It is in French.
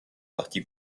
parti